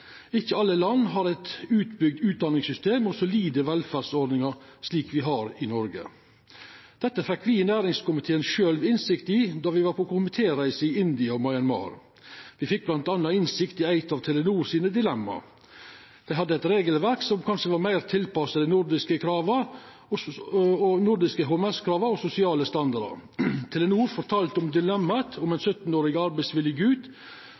ikkje i alle delar av verda. Ikkje alle land har eit utbygd utdanningssystem og solide velferdsordningar, slik me har i Noreg. Dette fekk me i næringskomiteen sjølve innsikt i då me var på komitéreise til India og Myanmar. Me fekk bl.a. innsikt i eit av Telenor sine dilemma. Dei hadde eit regelverk som kanskje var meir tilpassa nordiske HMS-krav og sosiale standardar. Telenor fortalde om dilemmaet om ein